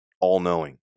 all-knowing